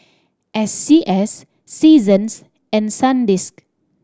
S C S Seasons and Sandisk